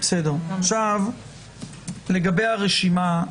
לגבי הרשימה,